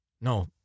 No